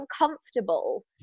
uncomfortable